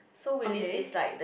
okay